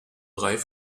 drei